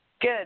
good